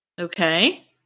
Okay